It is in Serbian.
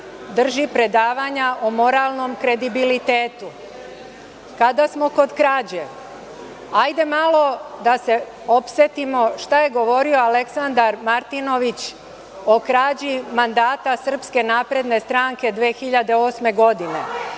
drži predavanja o moralnom kredibilitetu. Kada smo kod krađe, hajde da se opsetimo šta je govorio Aleksandar Martinović o krađi mandata SRS 2008. godine,